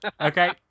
Okay